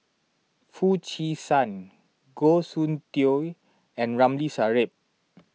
Foo Chee San Goh Soon Tioe and Ramli Sarip